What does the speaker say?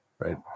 Right